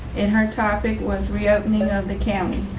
in her topic was reopening of the academy.